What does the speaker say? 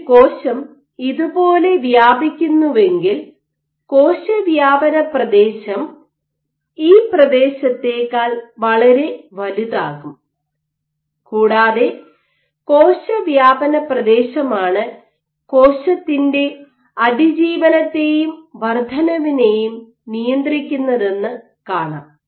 ഒരു കോശം ഇതുപോലെ വ്യാപിക്കുന്നുവെങ്കിൽ കോശവ്യാപന പ്രദേശം ഈ പ്രദേശത്തേക്കാൾ വളരെ വലുതാകും കൂടാതെ കോശവ്യാപന പ്രദേശമാണ് കോശത്തിന്റെ അതിജീവനത്തെയും വർദ്ധനവിനെയും നിയന്ത്രിക്കുന്നതെന്ന് കാണാം